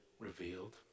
revealed